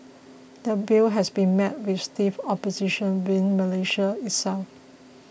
the Bill has been met with stiff opposition within Malaysia itself